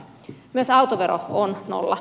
myös autovero on nolla